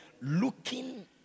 Looking